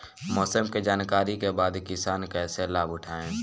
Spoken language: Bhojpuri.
मौसम के जानकरी के बाद किसान कैसे लाभ उठाएं?